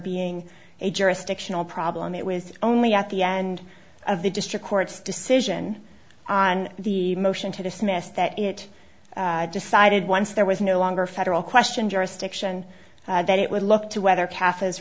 being a jurisdictional problem it was only at the end of the district court's decision on the motion to dismiss that it decided once there was no longer federal question jurisdiction that it would look to whether